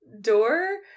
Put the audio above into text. door